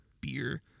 beer